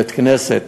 בית-כנסת,